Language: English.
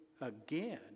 again